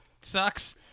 sucks